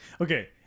okay